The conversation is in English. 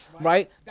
right